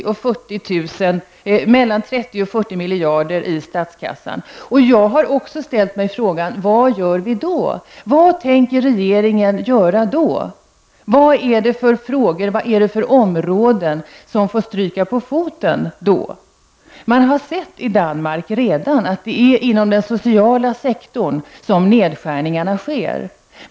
Också jag har ställt mig frågan: Vad gör vi då? Vad tänker regeringen göra då? Vilka frågor och vilka områden får då stryka på foten? I Danmark har man redan sett att det är inom den sociala sektorn som nedskärningarna sker.